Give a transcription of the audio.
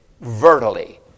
Vertically